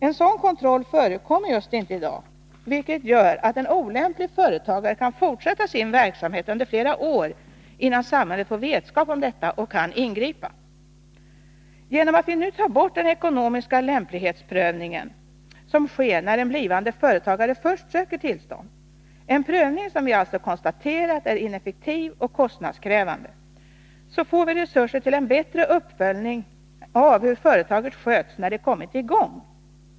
En sådan kontroll förekommer just inte i dag, vilket gör att en olämplig företagare kan fortsätta sin verksamhet under flera år, innan samhället får vetskap om detta och kan ingripa. Genom att vi nu tar bort den ekonomiska lämplighetsprövning som sker när en blivande företagare först söker tillstånd, en prövning som vi alltså konstaterat är ineffektiv och kostnadskrävande, får vi resurser till en bättre uppföljning av hur företaget sköts när det kommit i gång.